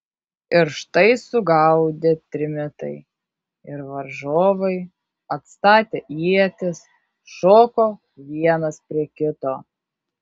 ir štai sugaudė trimitai ir varžovai atstatę ietis šoko vienas prie kito